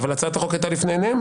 אבל הצעת החוק הייתה לפני עיניהם.